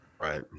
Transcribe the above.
right